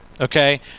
Okay